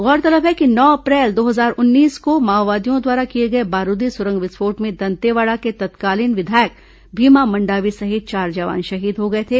गौरतलब है कि नौ अप्रैल दो हजार उन्नीस को माओवादियों द्वारा किए गए बारूदी सुरंग विस्फोट में दंतेवाड़ा के तत्कालीन विधायक भीमा मंडावी सहित चार जवान शहीद हो गए थे